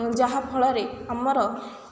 ଯାହାଫଳରେ ଆମର